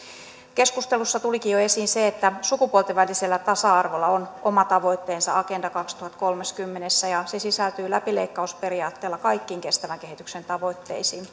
keskustelussa tulikin jo esiin se että sukupuolten välisellä tasa arvolla on oma tavoitteensa agenda kaksituhattakolmekymmentässä ja se sisältyy läpileikkausperiaatteella kaikkiin kestävän kehityksen tavoitteisiin